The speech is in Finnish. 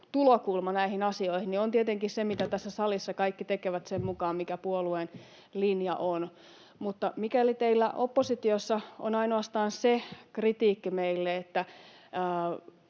tulokulma näihin asioihin, on tietenkin se, mitä tässä salissa kaikki tekevät sen mukaan, mikä puolueen linja on. Mutta mikäli teillä oppositiossa on meille ainoastaan se kritiikki, että